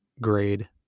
grade